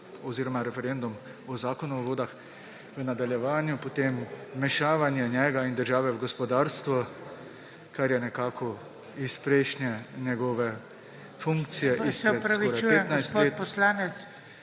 oziroma referendum o Zakonu o vodah, v nadaljevanju potem vmešavanje njega in države v gospodarstvo, kar je nekako iz prejšnje njegove funkcije …/ nemir v